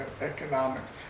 economics